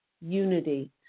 unity